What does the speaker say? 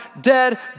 dead